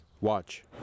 Watch